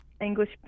English